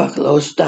paklausta